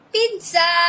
Pizza